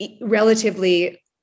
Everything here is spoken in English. relatively